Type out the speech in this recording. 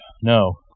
No